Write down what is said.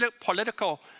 political